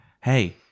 Hey